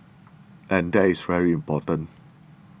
and that is very important